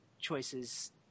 choices